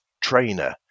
trainer